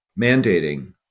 mandating